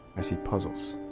i see puzzles.